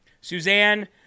Suzanne